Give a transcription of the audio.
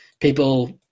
people